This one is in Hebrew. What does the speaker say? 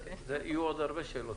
יהיו עוד הרבה שאלות.